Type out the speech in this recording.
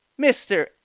Mr